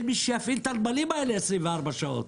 מי שיפעיל את הנמלים האלה 24 שעות.